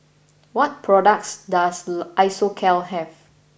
what products does Isocal have